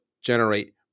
generate